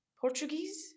Portuguese